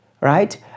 right